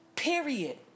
Period